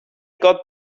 got